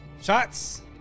Shots